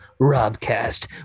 robcast